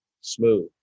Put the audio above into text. Smooth